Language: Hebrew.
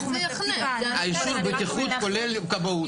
--- אישור הבטיחות כולל כבאות.